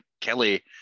Kelly